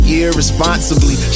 irresponsibly